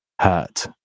hurt